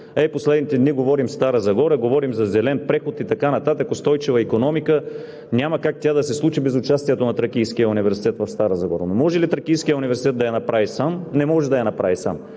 В последните дни говорим в Стара Загора за зелен преход и така нататък, устойчива икономика. Няма как тя да се случи без участието на Тракийския университет в Стара Загора. Може ли Тракийският университет да я направи сам? Не може да я направи сам.